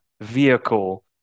vehicle